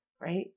right